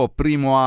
primo